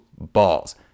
balls